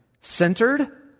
centered